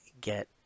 get